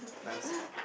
time's